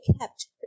kept